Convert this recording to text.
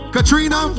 Katrina